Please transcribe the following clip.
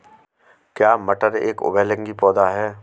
क्या मटर एक उभयलिंगी पौधा है?